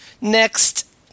Next